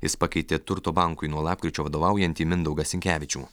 jis pakeitė turto bankui nuo lapkričio vadovaujantį mindaugą sinkevičių